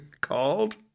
Called